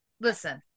listen